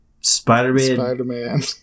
Spider-Man